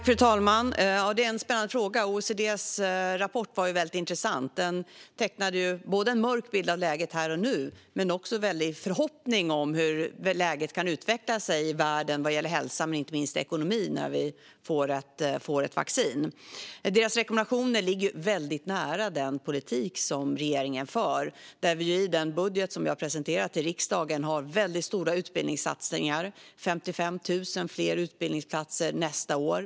Fru talman! Det är en spännande fråga. OECD:s rapport är väldigt intressant. Den tecknar en mörk bild av läget här och nu men också en väldig förhoppning om hur läget kan utveckla sig i världen vad gäller hälsa och inte minst ekonomi när vi får ett vaccin. Deras rekommendationer ligger väldigt nära den politik som regeringen för. I den budget som vi har presenterat i riksdagen har vi mycket stora utbildningssatsningar med 55 000 fler utbildningsplatser nästa år.